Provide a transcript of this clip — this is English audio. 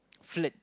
flirt